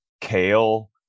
kale